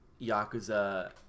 Yakuza